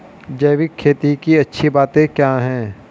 जैविक खेती की अच्छी बातें क्या हैं?